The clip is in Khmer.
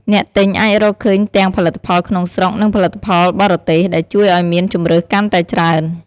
អ្នកទិញអាចរកឃើញទាំង ផលិតផលក្នុងស្រុក និងផលិតផលបរទេស ដែលជួយឱ្យមានជម្រើសកាន់តែច្រើន។